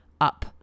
up